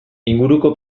inguruko